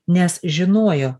nes žinojo